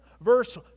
Verse